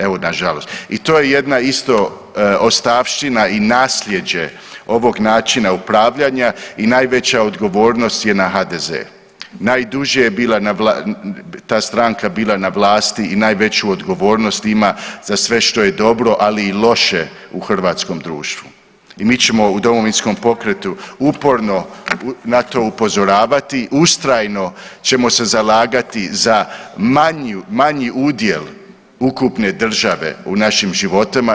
Evo nažalost i to je jedna isto ostavština i nasljeđe ovog načina upravljanja i najveća odgovornost je na HDZ-u, najduže je bila ta stranaka bila na vlasti i najveću odgovornost ima za sve što je dobro, ali i loše u hrvatskom društvu i mi ćemo u Domovinskom pokretu uporno na to upozoravati, ustrajno ćemo se zalagati za manji udjel ukupne države u našim životima.